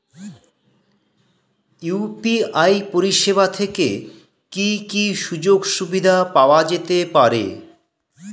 UPI পরিষেবা থেকে কি কি সুযোগ সুবিধা পাওয়া যেতে পারে?